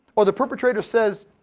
or the perpetrator says,